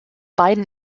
beiden